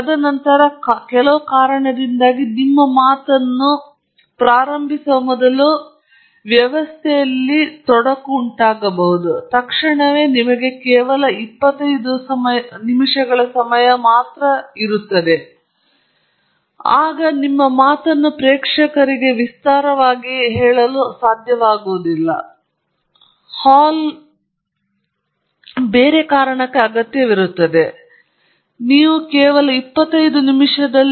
ತದನಂತರ ಕೆಲವು ಕಾರಣಗಳಿಗಾಗಿ ನೀವು ನಿಮ್ಮ ಮಾತನ್ನು ಪ್ರಾರಂಭಿಸುವ ಮೊದಲು ವ್ಯವಸ್ಥೆಯಲ್ಲಿ ತಾಂತ್ರಿಕ ತೊಡಕಿನಿಂದಾಗಿ ಇರಬಹುದು ಮತ್ತು ತಕ್ಷಣವೇ ನಿಮ್ಮ ಕೆಳಗೆ 25 ನಿಮಿಷಗಳವರೆಗೆ ಚರ್ಚೆ ಮುಚ್ಚುವ ಸಮಯ ಮತ್ತು ನಿಮ್ಮ ಪ್ರೇಕ್ಷಕರಿಗೆ ವಿಸ್ತರಿಸಲು ಸಾಧ್ಯವಾಗುವುದಿಲ್ಲ ಎಂದು ತಿರುಗುತ್ತದೆ ಹಾಲ್ ಬೇರೆಯದರಲ್ಲಿ ಅಗತ್ಯವಿದೆ ಆದ್ದರಿಂದ ನೀವು ಕೇವಲ 25 ನಿಮಿಷಗಳನ್ನು ಹೊಂದಿರಬೇಕು